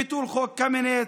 ביטול חוק קמיניץ,